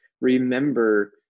remember